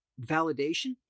validation